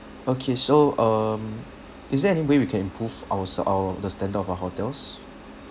okay so um is there any way we can improve our ser~ our the standard of our hotels